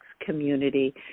community